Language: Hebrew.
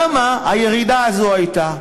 למה הירידה הזאת הייתה.